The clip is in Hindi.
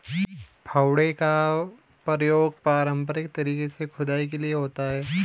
फावड़े का प्रयोग पारंपरिक तरीके से खुदाई के लिए होता है